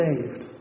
saved